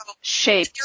shape